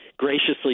Graciously